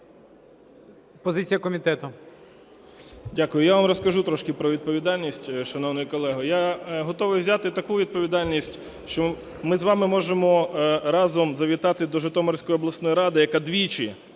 Дякую. Я вам розкажу трошки про відповідальність, шановний колего. Я готовий взяти таку відповідальність, що ми з вами можемо разом завітати до Житомирської обласної ради, яка двічі